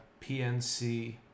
PNC